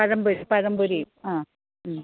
പഴംപൊരി പഴംപൊരിം ആ ഉം